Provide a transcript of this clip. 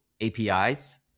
APIs